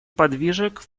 подвижек